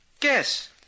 Guess